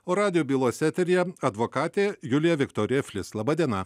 o radijo bylose eteryje advokatė julija viktorija flis laba diena